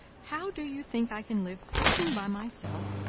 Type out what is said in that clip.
how do you think i can live poking by myself,